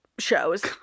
Shows